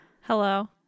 Hello